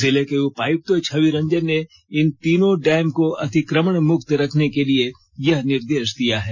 जिले के उपायुक्त छवि रंजन ने इन तीनों डैम को अतिक्रमण मुक्त रखने के लिए यह निर्देश दिया है